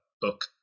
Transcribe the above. book